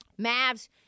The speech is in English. Mavs